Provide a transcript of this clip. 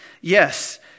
Yes